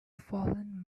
fallen